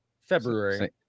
February